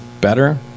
better